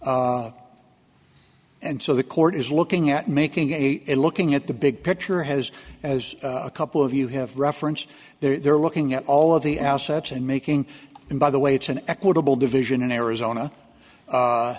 whatsoever and so the court is looking at making a looking at the big picture has as a couple of you have referenced they're looking at all of the assets and making and by the way it's an equitable division in arizona